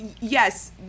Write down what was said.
yes